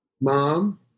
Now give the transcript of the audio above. mom